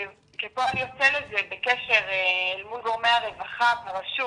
כפועל יוצא לזה בקשר אל מול גורמי הרווחה ברשות,